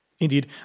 Indeed